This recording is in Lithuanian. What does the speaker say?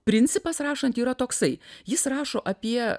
principas rašant yra toksai jis rašo apie